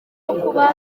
kuba